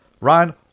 Ryan